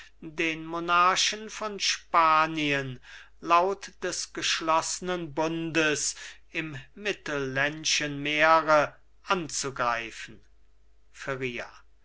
den monarchen von spanien laut des geschloßnen bundes im mittelländschen meere anzugreifen